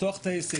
לפתוח את העסק,